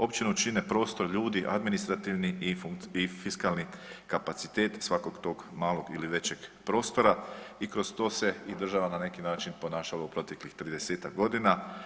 Općinu čine prostor ljudi, administrativni i fiskalni kapacitet svakog tog malo ili većeg prostora i kroz to se i država na neki način ponašala u proteklih 30-ak godina.